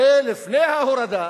הרי לפני ההורדה